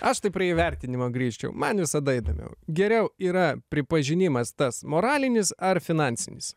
aš tai prie įvertinimo grįžčiau man visada įdomiau geriau yra pripažinimas tas moralinis ar finansinis